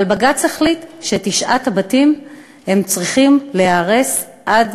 אבל בג"ץ החליט שתשעת הבתים צריכים להיהרס עד